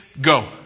go